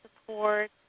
support